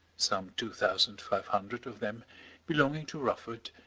some two thousand five hundred of them belonging to rufford,